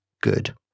good